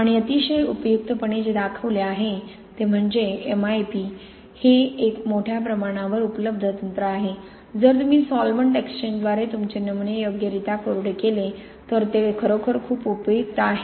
आणि अतिशय उपयुक्तपणे जे दाखवले आहे ते म्हणजे एमआयपी हे एक मोठ्या प्रमाणावर उपलब्ध तंत्र आहे जर तुम्ही सॉल्व्हेंट एक्सचेंजद्वारे तुमचे नमुने योग्यरित्या कोरडे केले तर ते खरोखर खूप उपयुक्त आहे